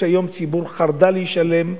יש היום ציבור חרד"לי שלם,